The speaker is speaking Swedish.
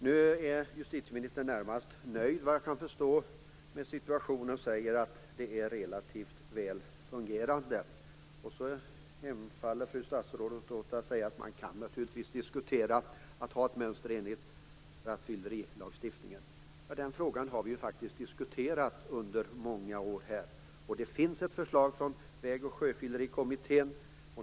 Nu är justitieministern närmast nöjd med situationen och säger att det är relativt väl fungerande. Så hemfaller fru statsrådet åt att säga att man naturligtvis kan diskutera att ha ett mönster enligt rattfyllerilagstiftningen. Den frågan har vi faktiskt diskuterat under många år. Det finns ett förslag från Väg och sjöfyllerikommittén.